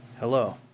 Hello